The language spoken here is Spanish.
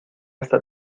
hasta